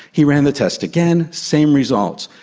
he ran the test again, same results.